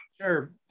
Sure